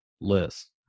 list